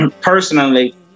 personally